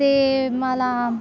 ते मला